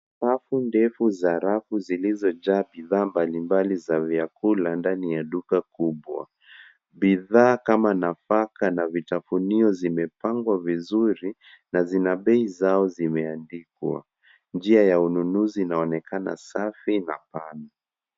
Safu ndefu za rafu zilizojaa bidhaa mbalimbali za vyakula ndani ya duka kubwa. Bidhaa kama nafaka na vitafunio vimepangwa vizuri na zina bei zao zimeandikwa. Njia ya ununuzi inaonekana safi na pana.